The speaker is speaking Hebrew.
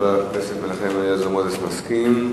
חבר הכנסת מנחם אליעזר מוזס, מסכים.